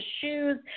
shoes